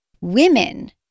women